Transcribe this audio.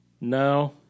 No